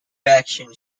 reaction